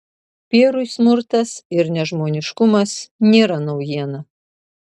pierui smurtas ir nežmoniškumas nėra naujiena